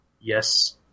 Yes